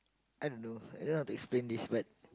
I don't know I don't know how to explain this but